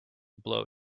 blow